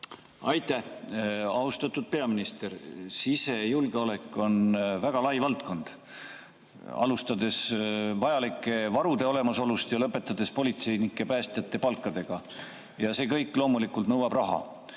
Aitäh! Austatud peaminister! Sisejulgeolek on väga lai valdkond, alustades vajalike varude olemasolust ning lõpetades politseinike ja päästjate palkadega. See kõik loomulikult nõuab raha.